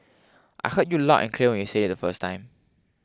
I heard you loud and clear when you said it the first time